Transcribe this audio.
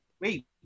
wait